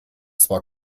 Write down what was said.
zwar